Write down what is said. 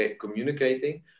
communicating